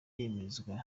byemezwa